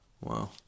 Wow